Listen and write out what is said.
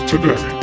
Today